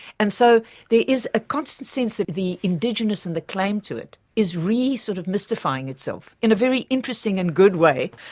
and so there is a constant sense that the indigenous and the claim to it is really sort of mystifying itself in a very interesting and good way,